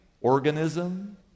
organism